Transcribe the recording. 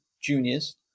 juniors